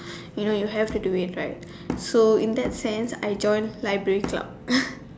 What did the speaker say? you know you have to do it like so in that sense I joined library club